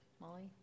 Molly